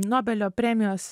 nobelio premijos